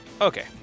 okay